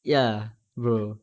ya bro